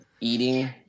eating